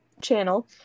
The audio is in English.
channel